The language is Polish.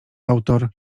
autor